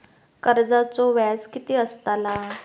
कर्जाचो व्याज कीती असताला?